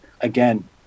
again